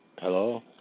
Hello